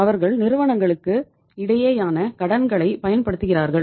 அவர்கள் நிறுவனங்களுக்கு இடையேயான கடன்களைப் பயன்படுத்துகிறார்கள்